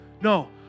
no